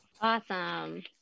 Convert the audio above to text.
awesome